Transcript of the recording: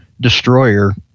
Destroyer